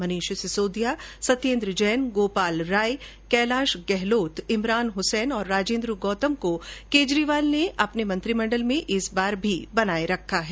मनीष सिसोदिया सत्येंद्र जैन गोपाल राय कैलाश गहलोत इमरान हसैन और राजेन्द्र गौतम को केजरीवाल ने अपने मंत्रिमण्डल में इस बार भी बनाये रखा है